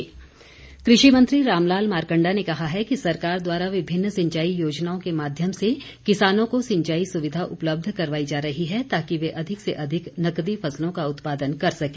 रामलाल मारकंडा कृषि मंत्री रामलाल मारकंडा ने कहा है कि सरकार द्वारा विभिन्न सिंचाई योजनाओं के माध्यम से किसानों को सिंचाई सुविधा उपलब्ध करवाई जा रही है ताकि वे अधिक से अधिक नकदी फसलों का उत्पादन कर सके